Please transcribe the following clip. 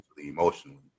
emotionally